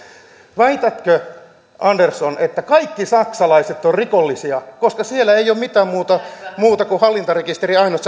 väitätkö andersson että kaikki saksalaiset ovat rikollisia siellä ei ole mitään muuta säilöntämahdollisuutta kuin hallintarekisteri se on ainut